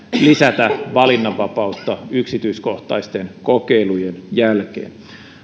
lisätä valinnanvapautta yksityiskohtaisten kokeilujen jälkeen